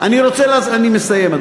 אני מסיים,